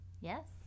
Yes